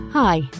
Hi